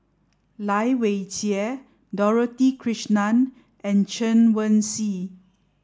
Lai Weijie Dorothy Krishnan and Chen Wen Hsi